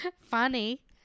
Funny